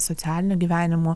socialiniu gyvenimu